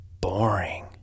boring